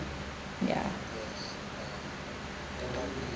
ya